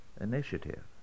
initiative